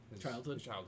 childhood